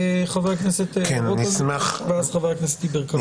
חבר הכנסת רוטמן ואז חבר הכנסת יברקן.